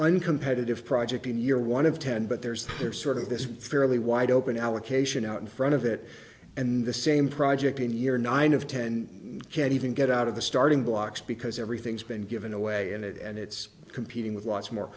of project in year one of ten but there's there's sort of this fairly wide open allocation out in front of it and in the same project in year nine of ten can't even get out of the starting blocks because everything's been given away in it and it's competing with lots more